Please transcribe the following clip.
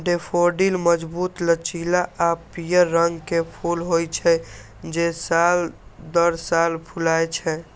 daffodil मजबूत, लचीला आ पीयर रंग के फूल होइ छै, जे साल दर साल फुलाय छै